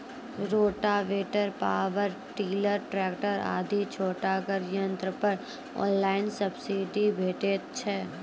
Rotavator, power tiller, tractor आदि छोटगर यंत्र पर ऑनलाइन सब्सिडी भेटैत छै?